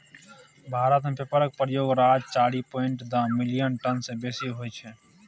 भारत मे पेपरक प्रयोग रोज चारि पांइट दु मिलियन टन सँ बेसी होइ छै